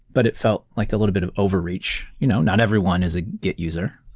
but it felt like a little bit of overreach. you know not everyone is a git user,